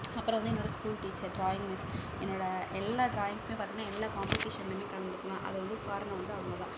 அப்புறோம் வந்து என்னோட ஸ்கூல் டீச்சர் டிராயிங் மிஸ் என்னோட எல்லா டிராயிங்ஸ்மே பார்த்தீங்கன்னா எல்லா காம்பெடிஷன்லுமே கலந்துக்கணும் அது வந்து காரணம் வந்து அவங்க தான்